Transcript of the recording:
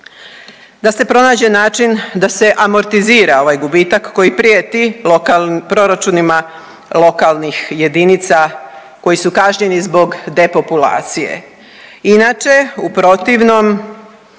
da se pronađe način da se amortizira ovaj gubitak koji prijeti proračunima lokalnih jedinica koji su kažnjeni zbog depopulacije, inače u protivnom